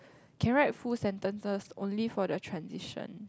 can write full sentences only for the transition